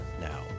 now